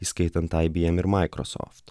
įskaitant ibm ir microsoft